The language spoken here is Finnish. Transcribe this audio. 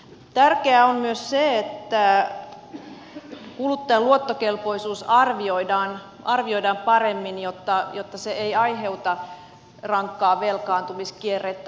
tärkeää on myös se että kuluttajan luottokelpoisuus arvioidaan paremmin jotta se ei aiheuta rankkaa velkaantumiskierrettä